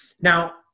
Now